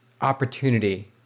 opportunity